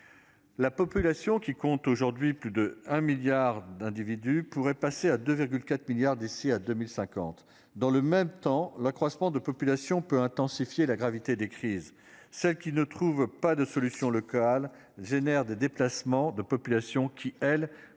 La population qui compte aujourd'hui plus de 1 milliard d'individus pourrait passer à 2,4 milliards d'ici à 2050 dans le même temps l'accroissement de population peut intensifier la gravité des crises, celle qui ne trouvent pas de solution locale génère des déplacements de population qui elle